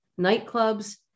nightclubs